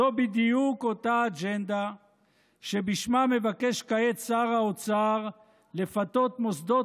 זו בדיוק אותה אג'נדה שבשמה מבקש כעת שר האוצר לפתות מוסדות